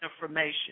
information